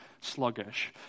sluggish